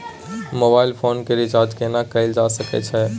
Mobile phone के recharge केना कैल जा सकै छै?